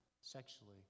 sexually